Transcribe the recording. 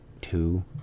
two